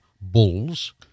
Bulls